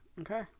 okay